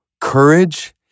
courage